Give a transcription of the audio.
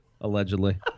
allegedly